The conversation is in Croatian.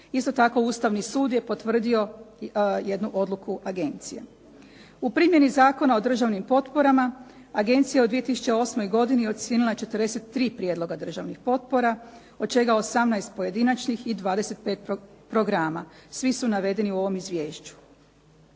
Isto tako Ustavni sud je potvrdio jednu odluku agencije. U primjeni Zakona o državnim potporama agencija je u 2008. godini ocijenila 43 prijedloga državnih potpora od čega 18 pojedinačnih i 25 programa. Svi su navedeni u ovom izvješću.